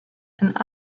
and